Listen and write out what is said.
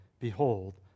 Behold